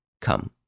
Come